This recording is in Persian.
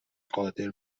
قادر